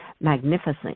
magnificent